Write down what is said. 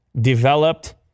developed